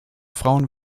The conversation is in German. frauen